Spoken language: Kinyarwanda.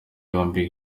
yombi